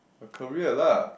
a career lah